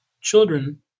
children